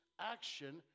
action